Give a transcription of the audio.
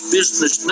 Business